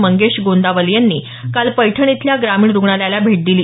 मंगेश गोंदावले यांनी काल पैठण इथल्या ग्रामीण रुग्णालयाला भेट दिली